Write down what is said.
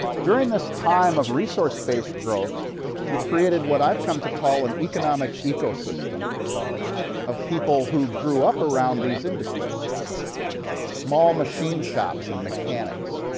during this time of resource-based growth you created what i've come to call an economic ecosystem of people who grew up around these industries small machine shops and mechanics,